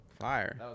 Fire